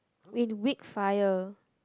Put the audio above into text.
in weak fire